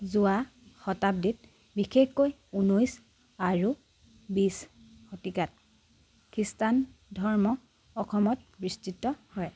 যোৱা শতাব্দীত বিশেষকৈ ঊনৈছ আৰু বিছ শতিকাত খ্ৰীষ্টান ধৰ্ম অসমত বিস্তৃত হয়